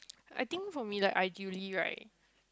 I think for me like ideally right